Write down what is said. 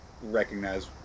recognize